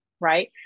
Right